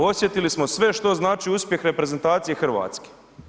Osjetili smo sve što znači uspjeh reprezentacije Hrvatske.